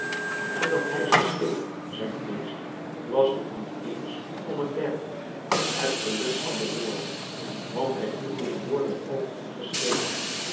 en dat hij ze schreef zijn kunst was nog niet éens om het derde het geluk van de woorden want hij voelde de woorden ook ongeschreven